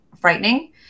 frightening